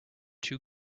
too